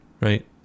right